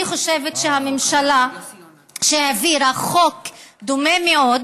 אני חושבת שהממשלה העבירה חוק דומה מאוד